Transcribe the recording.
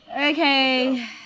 okay